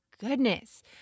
goodness